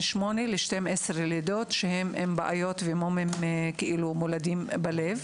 8 12 לידות שהן עם בעיות ומומים מולדים בלב.